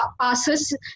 passes